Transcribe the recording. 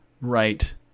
right